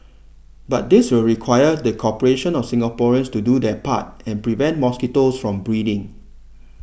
but this will require the cooperation of Singaporeans to do their part and prevent mosquitoes from breeding